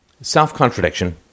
Self-contradiction